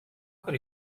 could